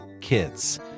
kids